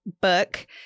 book